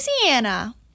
Louisiana